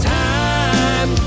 time